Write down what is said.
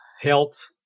health